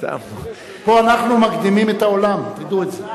פה אנחנו מקדימים את העולם, תדעו את זה.